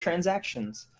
transactions